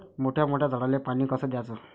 मोठ्या मोठ्या झाडांले पानी कस द्याचं?